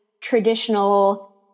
traditional